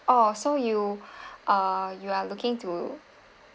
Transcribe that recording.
oh so you uh you are looking to